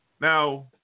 Now